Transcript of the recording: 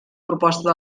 proposta